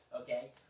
okay